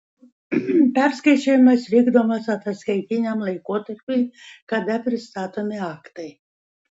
perskaičiavimas vykdomas ataskaitiniam laikotarpiui kada pristatomi aktai